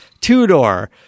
two-door